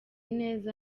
neza